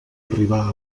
arribar